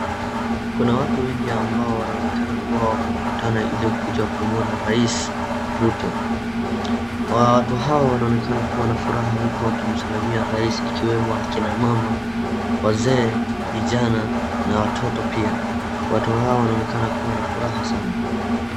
Kuna watu wengi ambao wanaonekana kuwa wamekutana ili kuja kumuona rais Ruto. Watu hawa wanaonekana kuwa na furaha huku wakimsalimia rais ikiwemo akina mama, vijana, wazee na watoto pia. Watu hawa wanaonekana kuwa na furaha sana.